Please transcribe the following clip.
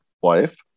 wife